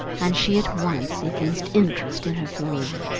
and she at once evinced interest in her food.